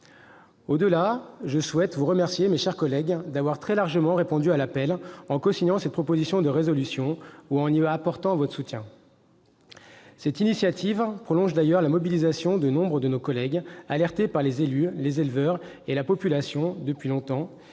Au-delà, je souhaite vous remercier, mes chers collègues, d'avoir très largement répondu à l'appel en cosignant cette proposition de résolution ou en lui apportant votre soutien. Cette initiative prolonge d'ailleurs la mobilisation de nombre de nos collègues, alertés depuis longtemps par les élus, les éleveurs et la population et je